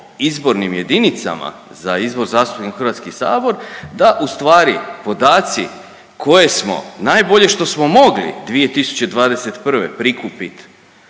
izbornim jedinicama za izbor zastupnika u Hrvatski sabor da u stvari podaci koje smo najbolje što smo mogli 2021. prikupit